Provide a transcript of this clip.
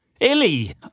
Illy